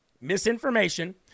misinformation